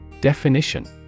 Definition